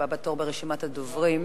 הבא בתור ברשימת הדוברים,